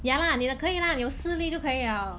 ya lah 你的可以啦你有四粒就可以了